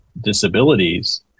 disabilities